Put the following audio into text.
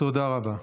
תודה רבה.